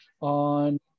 on